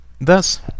Thus